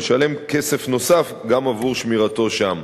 ולשלם כסף נוסף גם בעבור שמירתו שם.